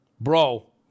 Bro